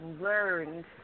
learned